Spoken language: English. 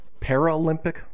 Paralympic